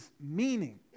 Meaning